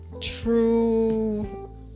true